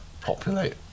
Populate